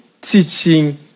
teaching